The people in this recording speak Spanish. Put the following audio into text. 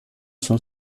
son